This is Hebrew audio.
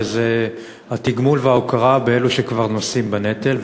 וזה התגמול וההוקרה לאלה שכבר נושאים בנטל.